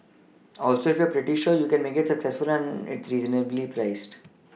also if you're pretty sure you can make it it's reasonably priced